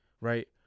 right